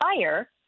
fire